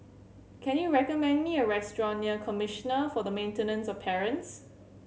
can you recommend me a restaurant near Commissioner for the Maintenance of Parents